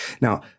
Now